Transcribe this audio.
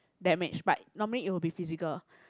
damage but normally it will be physical